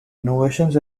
innovations